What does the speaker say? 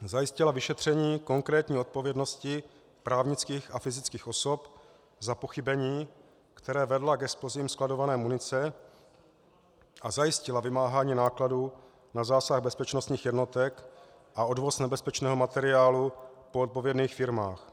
3. zajistila vyšetření konkrétní odpovědnosti právnických a fyzických osob za pochybení, která vedla k explozím skladované munice, a zajistila vymáhání nákladů na zásah bezpečnostních jednotek a odvoz nebezpečného materiálu po odpovědných firmách;